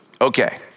Okay